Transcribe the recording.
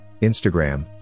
Instagram